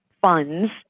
funds